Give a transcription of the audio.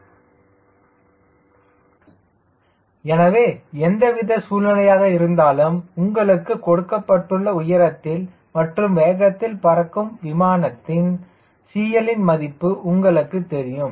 அது சாத்தியமே அதாவது உங்களால் உந்துவிசை தேவையை குறைவாக வைக்க வேண்டும் என்றால் அதன் சூத்திரம் பின்வருவது CL2WSV2cruise எனவே எந்தவித சூழ்நிலையாக இருந்தாலும் உங்களுக்கு கொடுக்கப்பட்டுள்ள உயரத்தில் மற்றும் வேகத்தில் பறக்கும் விமானத்தில் CL ன் மதிப்பு உங்களுக்குத் தெரியும்